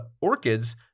orchids